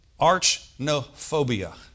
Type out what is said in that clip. Archnophobia